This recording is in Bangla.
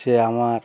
সে আমার